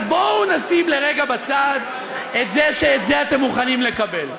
אז בואו נשים לרגע בצד את זה שאת זה אתם מוכנים לקבל.